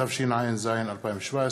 התשע"ז 2017,